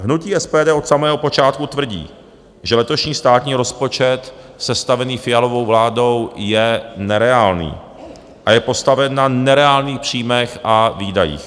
Hnutí SPD od samého počátku tvrdí, že letošní státní rozpočet sestavení Fialovou vládou je nereálný a je postaven na nereálných příjmech a výdajích.